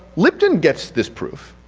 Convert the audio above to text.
liption gets this proof,